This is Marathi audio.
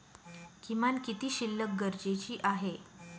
किमान किती शिल्लक गरजेची आहे?